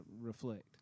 reflect